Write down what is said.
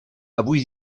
avui